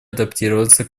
адаптироваться